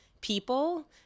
people